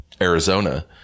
Arizona